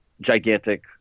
gigantic